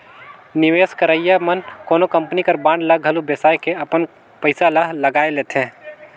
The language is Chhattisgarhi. निवेस करइया मन कोनो कंपनी कर बांड ल घलो बेसाए के अपन पइसा ल लगाए लेथे